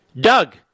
Doug